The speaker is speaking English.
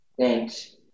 thanks